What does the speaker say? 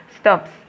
Stops